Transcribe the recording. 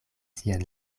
sian